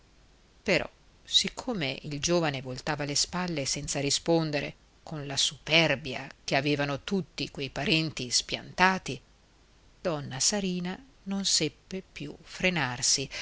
però siccome il giovane voltava le spalle senza rispondere con la superbia che avevano tutti quei parenti spiantati donna sarina non seppe più frenarsi